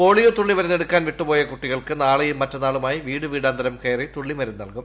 polio തുള്ളി മരുന്ന് എടുക്കാൻ വിട്ടുപോയ കുട്ടികൾക്ക് നാളെയും മറ്റന്നാളുമായിം വീട് വീടാന്തരം കയറി തുള്ളിമരുന്ന് നൽകും